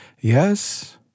Yes